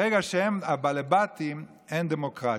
ברגע שהם הבעלבתים אין דמוקרטיה,